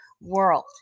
world